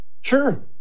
Sure